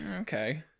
okay